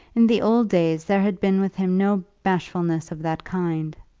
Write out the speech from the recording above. in the old days there had been with him no bashfulness of that kind.